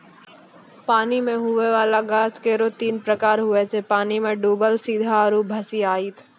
पानी मे हुवै वाला गाछ केरो तीन प्रकार हुवै छै पानी मे डुबल सीधा आरु भसिआइत